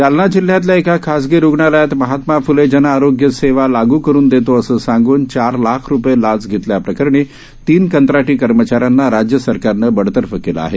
जालना जिल्ह्यातल्या एका खाजगी रुग्णालयात महात्मा फुले जनआरोग्य सेवा लाग़ करुन देतो असं सांगून चार लाख रुपये लाच घेतल्या प्रकरणी तीन कंत्राटी कर्मचाऱ्यांना राज्य सरकारनं बडतर्फ केलं आहे